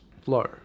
Flow